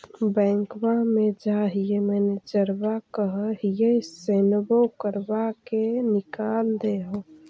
बैंकवा मे जाहिऐ मैनेजरवा कहहिऐ सैनवो करवा के निकाल देहै?